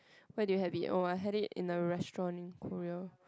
where did you have it oh I had it in a restaurant in Korea